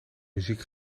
muziek